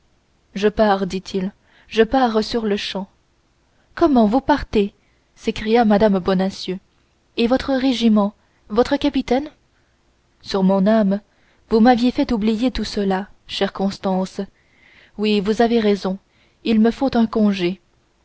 je pars dit-il je pars sur-le-champ comment vous partez s'écria mme bonacieux et votre régiment votre capitaine sur mon âme vous m'aviez fait oublier tout cela chère constance oui vous avez raison il me faut un congé